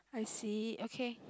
I see okay